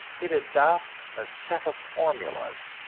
it adopts a set of formulas,